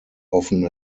often